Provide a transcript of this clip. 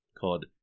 called